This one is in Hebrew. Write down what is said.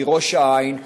מראש העין,